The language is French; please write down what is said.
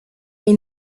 est